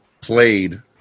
played